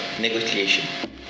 Negotiation